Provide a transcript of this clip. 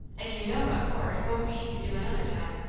if you know what for, it won't be to do another time.